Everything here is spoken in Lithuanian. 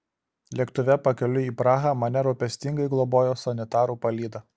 lėktuve pakeliui į prahą mane rūpestingai globojo sanitarų palyda